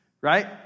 right